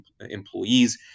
employees